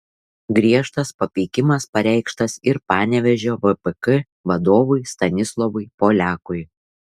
griežtas papeikimas pareikštas ir panevėžio vpk vadovui stanislovui poliakui